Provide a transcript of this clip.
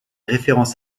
références